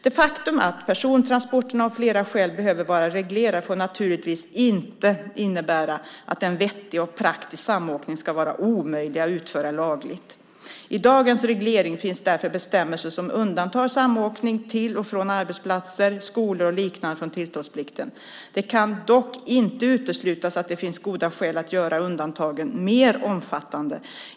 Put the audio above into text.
Det faktum att persontransporterna av flera skäl behöver vara reglerade får naturligtvis inte innebära att en vettig och praktisk samåkning ska vara omöjlig att utföra lagligt. I dagens reglering finns därför bestämmelser som undantar samåkning till och från arbetsplatser, skolor och liknande från tillståndsplikten. Det kan dock inte uteslutas att det finns goda skäl att göra undantagen mer omfattande.